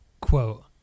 quote